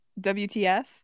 wtf